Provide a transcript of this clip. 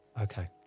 Okay